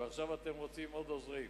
ועכשיו אתם רוצים עוד עוזרים,